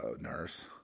nurse